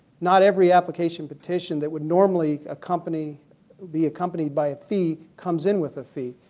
not every application petition that would normally accompany be accompanied by a fee comes in with a fee.